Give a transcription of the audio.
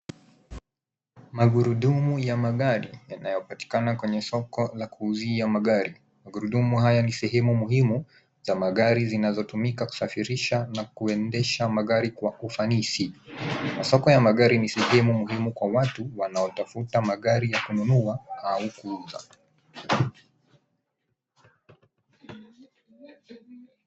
Magurudumu ya magari yanayopatikana kwenye soko la kuuzia magari. Magurudumu haya ni sehemu muhimu ya magari yanayotumika kusafirisha na kuendesha magari kwa ufanisi. Soko ya magari ni sehemu muhimu kwa watu wanaotafuta magari ya kununua.